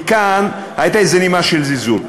כי כאן הייתה איזו נימה של זלזול.